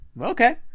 Okay